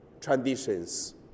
traditions